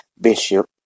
Bishop